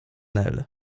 nel